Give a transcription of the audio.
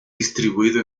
distribuido